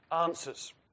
answers